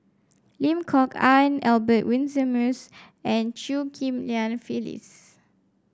Lim Kok Ann Albert Winsemius and Chew Ghim Lian Phyllis